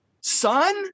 Son